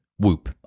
Whoop